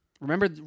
Remember